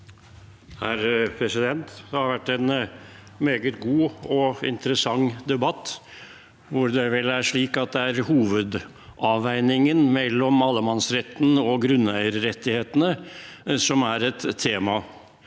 (FrP) Det har vært en me- get god og interessant debatt hvor det har vært slik at det er hovedavveiningen mellom allemannsretten og grunneierrettighetene som er et tema.